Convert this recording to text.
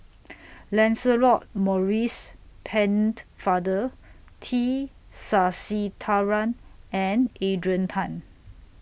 Lancelot Maurice Pennefather T Sasitharan and Adrian Tan